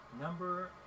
number